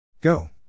Go